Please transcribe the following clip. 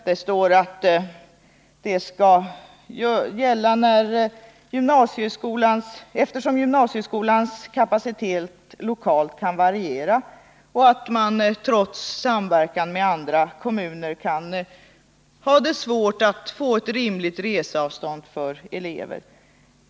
Det står att undantagen skall gälla eftersom gymnasieskolans kapacitet lokalt kan variera och att det trots samverkan med andra kommuner kan vara svårt att få ett rimligt reseavstånd för eleverna.